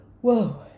whoa